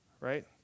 right